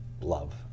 love